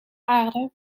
aarde